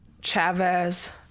Chavez